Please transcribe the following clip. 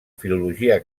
filologia